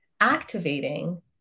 activating